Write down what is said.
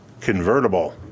convertible